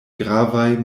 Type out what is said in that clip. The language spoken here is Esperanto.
gravaj